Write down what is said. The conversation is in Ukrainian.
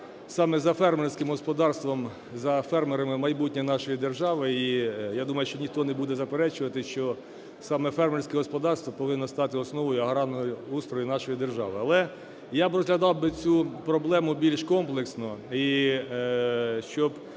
саме за фермерським господарством, за фермерами майбутнє нашої держави. І я думаю, що ніхто не буде заперечувати, що саме фермерське господарство повинно стати основою аграрного устрою нашої держави. Але я б розглядав би цю проблему більш комплексно,